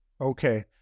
Okay